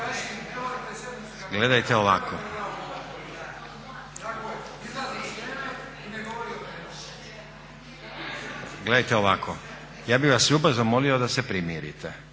razumije se./… Gledajte ovako, ja bih vas ljubazno molio da se primirite,